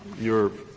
your